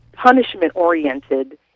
punishment-oriented